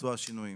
ביצוע השינויים".